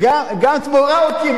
גם תמורה הוא קיבל.